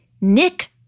Nick